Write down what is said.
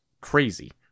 crazy